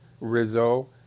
Rizzo